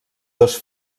dos